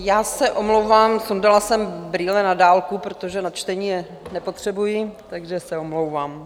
Já se omlouvám, sundala jsem brýle na dálku, protože na čtení je nepotřebuji, takže se omlouvám.